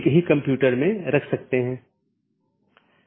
अन्यथा पैकेट अग्रेषण सही नहीं होगा